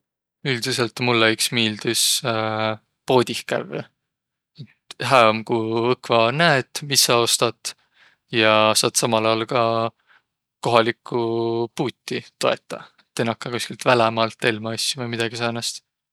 Üldiselt mullõ iks miildüs poodih kävvüq. Hää om, ku õkva näet, mis sa ostat ja saat samal aol ka kohalikku puuti toetaq. Et ei nakkaq kostki välämaalt telmä asjo vai midägi säänest.